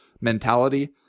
mentality